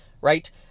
right